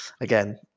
Again